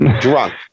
drunk